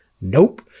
nope